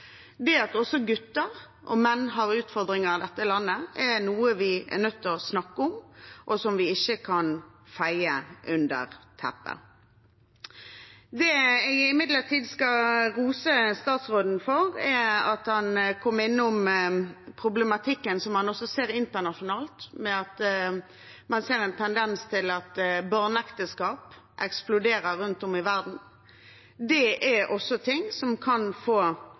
det gjelder selvmord. Det at også gutter og menn har utfordringer i dette landet, er noe vi er nødt til å snakke om, og som vi ikke kan feie under teppet. Det jeg imidlertid skal rose statsråden for, er at han kom innom problematikken som man også ser internasjonalt, man ser en tendens til at barneekteskap eksploderer rundt om i verden. Det er også noe som kan få